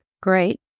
great